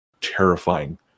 terrifying